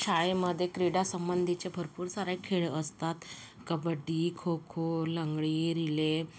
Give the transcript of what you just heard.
शाळेमध्ये क्रीडासंबंधीचे भरपूर सारे खेळ असतात कबड्डी खो खो लंगडी रिले